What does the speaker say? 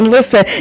listen